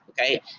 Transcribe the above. Okay